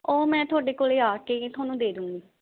ਉਹ ਮੈਂ ਤੁਹਾਡੇ ਕੋਲ ਆ ਕੇ ਹੀ ਤੁਹਾਨੂੰ ਦੇ ਦੂੰਗੀ